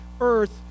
earth